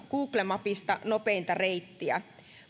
mapsista nopeinta reittiä